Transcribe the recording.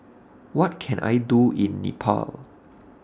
What Can I Do in Nepal